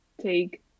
take